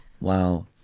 Wow